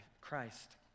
Christ